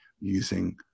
using